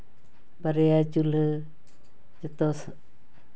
ᱵᱟᱨᱭᱟ ᱪᱩᱞᱦᱟᱹ ᱡᱚᱛᱚ